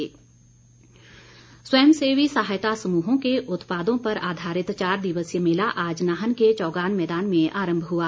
बिंदल स्वयंसेवी सहायता समूहों के उत्पादों पर आधारित चार दिवसीय मेला आज नाहन के चौगान मैदान में आरम्भ हुआ